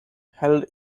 held